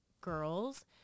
girls